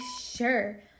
sure